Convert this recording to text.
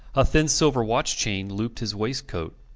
a thin silver watch chain looped his waistcoat,